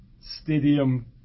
Stadium